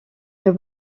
nos